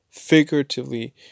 figuratively